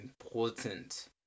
important